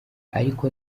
ariko